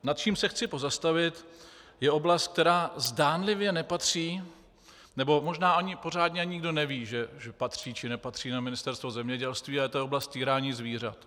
Nad čím se chci pozastavit, je oblast, která zdánlivě nepatří, nebo možná pořádně ani nikdo neví, že patří či nepatří na Ministerstvo zemědělství, a to je oblast týrání zvířat.